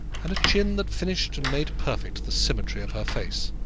and a chin that finished and made perfect the symmetry of her face.